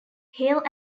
hale